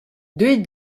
deuit